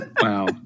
Wow